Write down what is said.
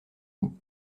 bout